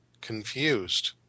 confused